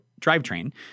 drivetrain